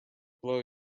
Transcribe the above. blow